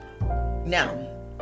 Now